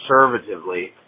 conservatively